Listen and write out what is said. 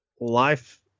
life